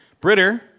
Britter